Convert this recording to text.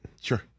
Sure